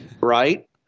right